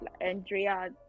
Andrea